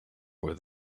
where